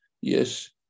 yes